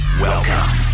Welcome